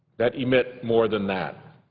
that emit more than that.